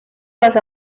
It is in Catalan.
les